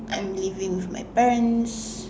I'm living with my parents